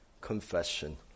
confession